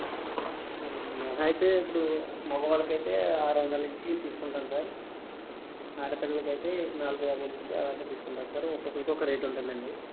ఇప్ మహా అయితే ఇప్పుడు మగవాళ్ళకి అయితే ఆరు వందలు నుంచి తీసుకుంటాము సార్ ఆడపిల్లకి అయితే నాలుగు యాభై నుంచి అలాగ తీసుకుంటాము సార్ ఒక్కొక్కరికి ఒక్కో రేట్ ఉంటుంది అండి